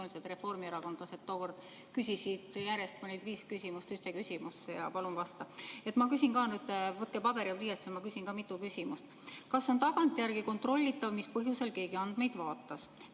reformierakondlased tookord küsisid järjest viis küsimust ühes küsimuses, ja palun vasta. Ma küsin – võtke paber ja pliiats – ka mitu küsimust. Kas on tagantjärgi kontrollitav, mis põhjusel keegi andmeid vaatas?